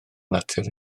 natur